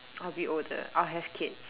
I will be older I will have kids